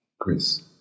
Chris